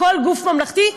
כל גוף ממלכתי,